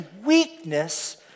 weakness